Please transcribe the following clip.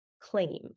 claim